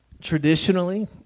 traditionally